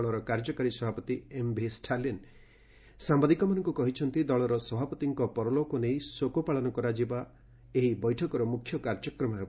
ଦଳର କାର୍ଯ୍ୟକାରୀ ସଭାପତି ଏମ୍ଭି ଷ୍ଟାଲିନ୍ ସାମ୍ଭାଦିକମାନଙ୍କୁ କହିଛନ୍ତି ଦଳର ସଭାପତିଙ୍କ ପରଲୋକନେଇ ଶୋକପାଳନ କରାଯିବା ଏହି ବୈଠକର ମୁଖ୍ୟ କାର୍ଯ୍ୟକ୍ରମ ହେବ